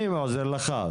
אני עוזר לך.